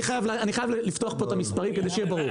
אני חייב לפתוח פה את המספרים כדי שיהיה ברור.